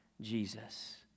Jesus